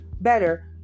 better